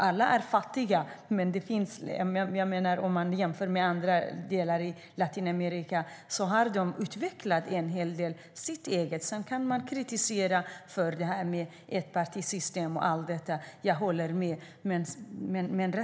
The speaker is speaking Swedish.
Alla är fattiga, men jämfört med andra delar av Latinamerika har de utvecklat sitt eget en hel del. Sedan kan man kritisera enpartisystemet och allt detta. Jag håller med.